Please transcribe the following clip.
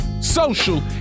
social